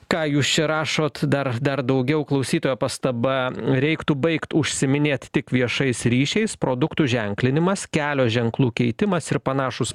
ką jūs čia rašot dar dar daugiau klausytojo pastaba reiktų baigt užsiiminėt tik viešais ryšiais produktų ženklinimas kelio ženklų keitimas ir panašūs